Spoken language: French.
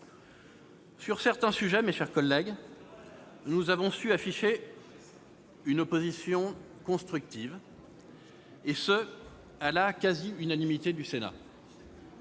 Sur certains sujets, mes chers collègues, nous avons su afficher une opposition constructive, et ce pratiquement à l'unanimité du Sénat.